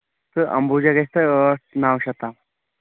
تہٕ امبوٗجا گژھوٕ تۄہہِ ٲٹھ نو شَتھ تام